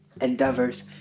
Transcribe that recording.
endeavors